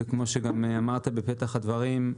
כמו שגם אמרת בפתח הדברים,